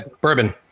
bourbon